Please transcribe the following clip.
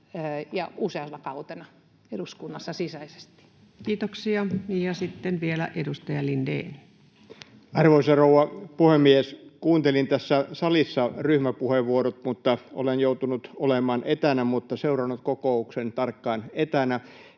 ja useana kautena eduskunnassa sisäisesti. Kiitoksia. — Sitten vielä edustaja Lindén. Arvoisa rouva puhemies! Kuuntelin tässä salissa ryhmäpuheenvuorot, mutta muuten olen joutunut olemaan etänä mutta seurannut kokouksen tarkkaan etänä.